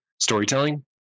storytelling